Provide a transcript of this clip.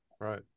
Right